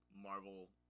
Marvel